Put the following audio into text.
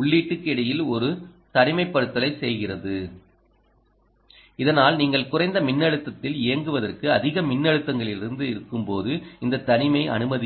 உள்ளீட்டுக்கு இடையில் ஒரு தனிமைப்படுத்தலை செய்கிறது இதனால் நீங்கள் குறைந்த மின்னழுத்தத்தில் இயங்குவதற்கு அதிக மின்னழுத்தங்களிலிருந்து இருக்கும்போது இந்த தனிமை அனுமதிக்கிறது